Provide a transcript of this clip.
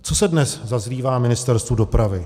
Co se dnes zazlívá Ministerstvu dopravy?